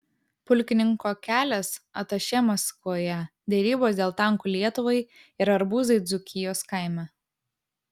pulkininko kelias atašė maskvoje derybos dėl tankų lietuvai ir arbūzai dzūkijos kaime